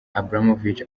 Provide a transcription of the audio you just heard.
abramovich